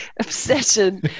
obsession